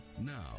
now